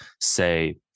say